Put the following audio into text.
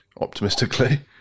optimistically